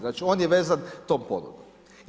Znači on je vezan tom ponudom.